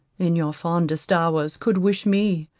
in your fondest hours, could wish me,